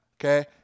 Okay